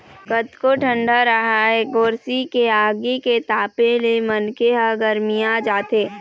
कतको ठंडा राहय गोरसी के आगी के तापे ले मनखे ह गरमिया जाथे